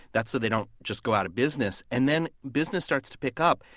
that's so they don't just go out of business. and then business starts to pick up.